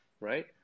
right